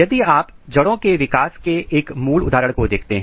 यदि आप जड़ों के विकास के एक मूल उदाहरण को देखते हैं